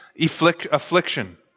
affliction